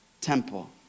temple